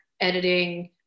editing